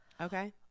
Okay